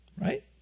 Right